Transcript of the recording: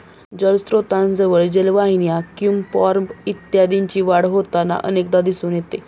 जलस्त्रोतांजवळ जलवाहिन्या, क्युम्पॉर्ब इत्यादींची वाढ होताना अनेकदा दिसून येते